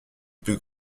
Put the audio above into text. plus